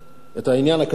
את העניין הכספי.